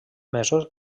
mesos